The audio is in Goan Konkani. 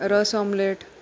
रस ऑमलेट